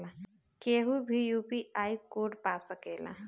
केहू भी UPI code पा सकेला?